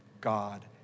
God